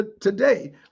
today